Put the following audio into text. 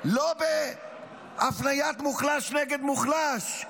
לא באפליית מוחלש נגד מוחלש.